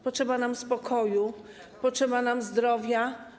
Potrzeba nam spokoju, potrzeba nam zdrowia.